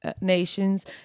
nations